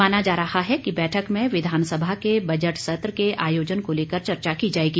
माना जा रहा है कि बैठक में विधानसभा के बजट सत्र के आयोजन को लेकर चर्चा की जाएगी